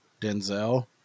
Denzel